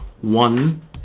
One